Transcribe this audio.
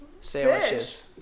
sandwiches